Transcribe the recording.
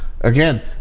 Again